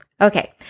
Okay